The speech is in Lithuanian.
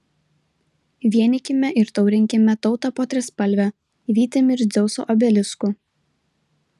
vienykime ir taurinkime tautą po trispalve vytim ir dzeuso obelisku